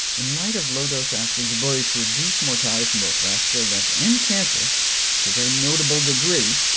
in light of low-dose aspirin's ability to reduce mortality from both vascular events and cancer to a very notable degree,